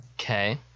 Okay